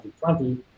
2020